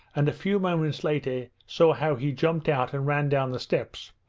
and a few moments later saw how he jumped out and ran down the steps,